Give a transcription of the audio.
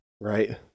Right